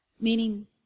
meaning